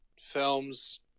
films